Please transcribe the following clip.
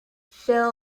phil